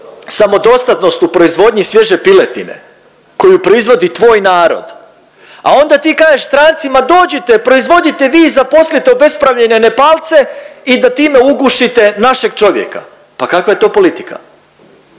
samodostatnost u proizvodnji svježe piletine koju proizvodi tvoj narod, a onda ti kažeš strancima dođite, proizvodite vi, zaposlite obespravljene Nepalce i da time ugušite našeg čovjeka. Pa kakva je to politika?